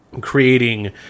creating